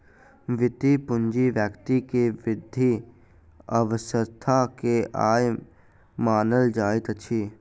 वृति पूंजी व्यक्ति के वृद्ध अवस्था के आय मानल जाइत अछि